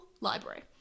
library